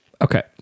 Okay